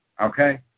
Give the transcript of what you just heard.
Okay